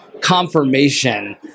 confirmation